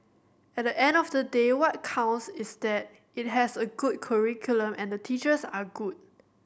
at the end of the day what counts is that it has a good curriculum and the teachers are good